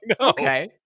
Okay